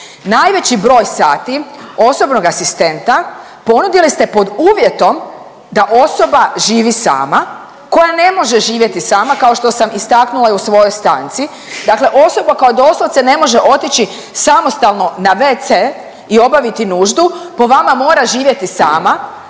Najveći broj sati osobnog asistenta ponudili ste pod uvjetom da osoba živi sama koja ne može živjeti sama kao što sam istaknula i u svojoj stanci. Dakle, osoba koja doslovce ne može otići samostalno na wc i obaviti nuždu po vama mora živjeti sama